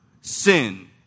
sin